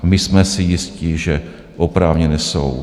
My jsme si jisti, že oprávněné jsou.